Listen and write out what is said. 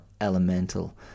elemental